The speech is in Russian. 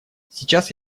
сейчас